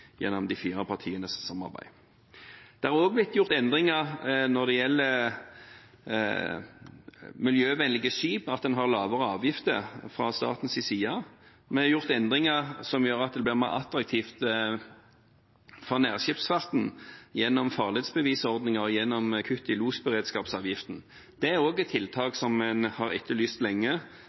gjennom de fire partienes samarbeid. Det har også blitt gjort endringer når det gjelder miljøvennlige skip, med lavere avgifter fra statens side. Vi har gjort endringer som gjør det mer attraktivt for nærskipsfarten gjennom farledsbevisordningen og gjennom kutt i losberedskapsavgiften. Det er også tiltak som en har etterlyst lenge,